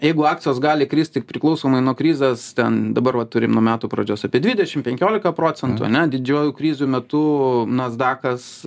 jeigu akcijos gali krist tik priklausomai nuo krizės ten dabar va turim nuo metų pradžios apie dvidešim penkiolika procentų ane didžiųjų krizių metu nasdakas